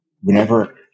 whenever